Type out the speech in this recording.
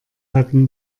hatten